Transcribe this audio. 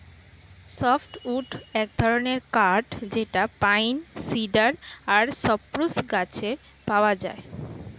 soft wood এক ধরনের কাঠ যেটা পাইন, সিডার আর সপ্রুস গাছে পাওয়া যায়